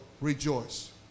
rejoice